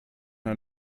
der